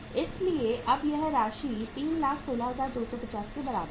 इसलिए अब यह पक्ष 316250 के बराबर है